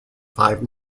five